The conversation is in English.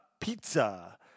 Pizza